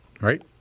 Right